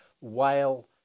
whale